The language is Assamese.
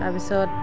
তাৰপিছত